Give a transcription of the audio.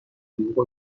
دروغ